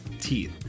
teeth